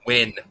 Win